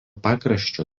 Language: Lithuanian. pakraščiu